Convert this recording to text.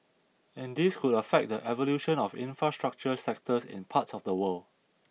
and this could affect the evolution of infrastructure sectors in parts of the world